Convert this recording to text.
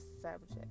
subject